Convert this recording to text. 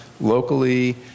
locally